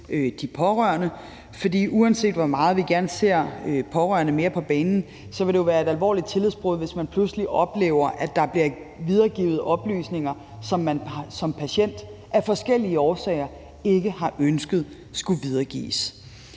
de pårørende, for uanset hvor meget vi gerne ser pårørende mere på banen, ville det jo være et alvorligt tillidsbrud, hvis man pludselig oplever, at der bliver videregivet oplysninger, som man som patient af forskellige årsager ikke har ønsket skulle videregives.